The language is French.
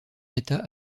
état